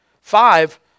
Five